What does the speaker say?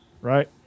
right